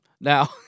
Now